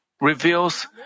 reveals